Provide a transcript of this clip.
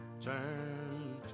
turn